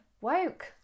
woke